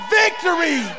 victory